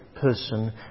person